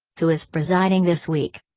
who is presiding this week?